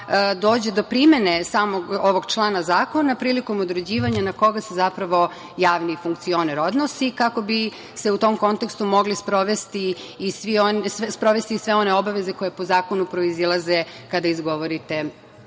dođe do primene samog ovog člana zakona prilikom određivanja na koga se zapravo javni funkcioner odnosi, kako bi se u tom kontekstu mogli sprovesti i sve one obaveze koje po zakonu proizilaze kada izgovorite